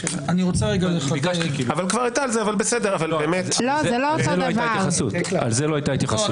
כבר הייתה על זה --- על זה לא הייתה התייחסות.